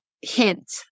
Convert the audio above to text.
hint